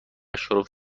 شرف